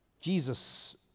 Jesus